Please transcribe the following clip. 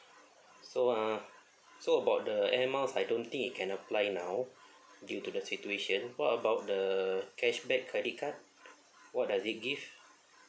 so uh so about the air miles I don't think it can apply now due to the situation what about the cashback credit card what does it give